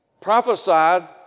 prophesied